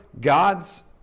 God's